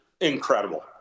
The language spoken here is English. incredible